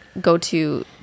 go-to